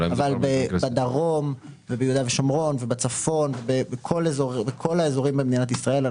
-- אבל בדרום וביהודה ושומרון ובצפון ובכל האזורים במדינת ישראל,